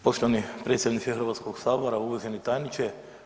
Poštovani predsjedniče Hrvatskog sabora, uvaženi tajniče.